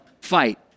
fight